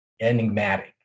enigmatic